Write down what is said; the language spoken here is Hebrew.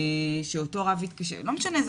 לא משנה.